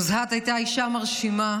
נוזהת הייתה אישה מרשימה,